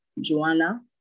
Joanna